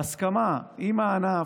בהסכמה עם הענף,